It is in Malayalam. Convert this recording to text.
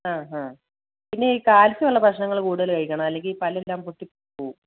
ആ ആ പിന്നെ ഈ കാൽസ്യം ഉള്ള ഭക്ഷണങ്ങൾ കൂടുതൽ കഴിക്കണം അല്ലെങ്കിൽ ഈ പല്ലെല്ലാം പൊട്ടിപോവും